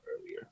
earlier